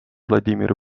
vladimir